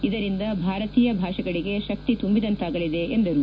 ಇದರಿಂದ ಭಾರತೀಯ ಭಾಷೆಗಳಿಗೆ ಶಕ್ತಿ ತುಂಬಿದಂತಾಗಲಿದೆ ಎಂದರು